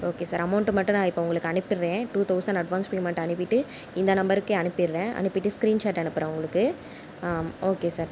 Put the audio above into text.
okay sir amount மட்டும் நான் இப்போ உங்களுக்கு அனுப்பிடுகிறேன் டூ தௌசண்ட் அட்வான்ஸ் பேமெண்ட் அனுப்பிவிட்டு இந்த நம்பருக்கே அனுப்பிடுகிறேன் அனுப்பிவிட்டு ஸ்கிரீன் ஷாட் அனுப்புகிறேன் உங்களுக்கு ஆ ஓகே சார்